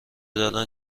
دارن